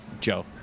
Joe